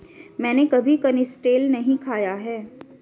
मैंने कभी कनिस्टेल नहीं खाया है